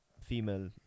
female